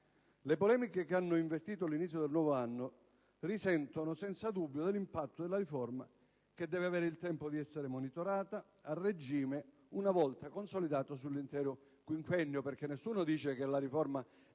Le polemiche che hanno investito l'inizio del nuovo anno risentono senza dubbio dell'impatto della riforma, che deve avere il tempo di essere monitorata a regime, una volta consolidata sull'intero quinquennio. Nessuno infatti